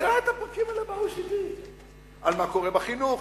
תקרא את הפרקים האלה ב-OECD על מה קורה בחינוך,